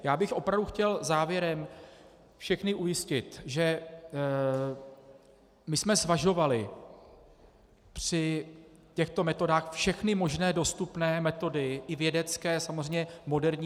Já bych opravdu chtěl závěrem všechny ujistit, že jsme zvažovali při těchto metodách všechny možné dostupné metody, i vědecké, samozřejmě moderní.